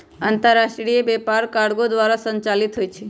अंतरराष्ट्रीय व्यापार कार्गो द्वारा संचालित होइ छइ